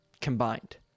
combined